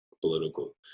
political